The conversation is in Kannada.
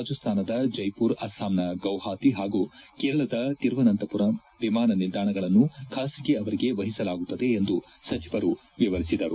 ರಾಜಸ್ಥಾನದ ಜೈಪುರ್ ಅಸ್ಸಾಂನ ಗೌಹಾತಿ ಹಾಗೂ ಕೇರಳದ ತಿರುವನಂತಪುರಂ ವಿಮಾನ ನಿಲ್ದಾಣಗಳನ್ನು ಖಾಸಗಿ ಅವರಿಗೆ ವಹಿಸಲಾಗುತ್ತದೆ ಎಂದು ಸಚಿವರು ವಿವರಿಸಿದರು